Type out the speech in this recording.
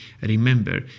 Remember